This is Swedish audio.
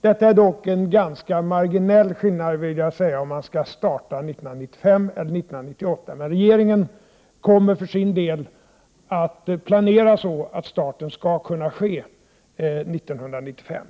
Det är dock en ganska marginell skillnad, vill jag säga, om vi skall starta 1995 eller 1998, men regeringen kommer för sin del att planera så att starten skall kunna ske 1995.